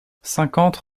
cinquante